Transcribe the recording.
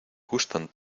gustan